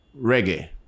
reggae